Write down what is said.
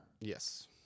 Yes